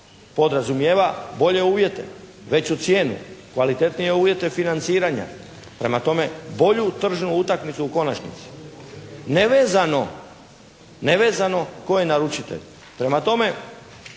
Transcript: podrazumijeva bolje uvjete, veću cijenu, kvalitetnije uvjete financiranja. Prema tome bolju tržnu utakmicu u konačnici. Nevezano, nevezano tko